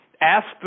ask